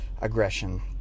aggression